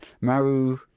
maru